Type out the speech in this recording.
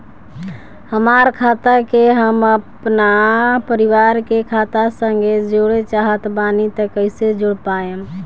हमार खाता के हम अपना परिवार के खाता संगे जोड़े चाहत बानी त कईसे जोड़ पाएम?